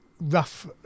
rough